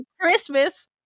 Christmas